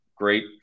great